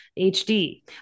HD